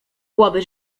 głowy